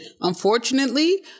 Unfortunately